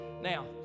Now